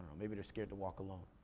maybe they're scared to walk alone.